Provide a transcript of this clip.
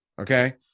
Okay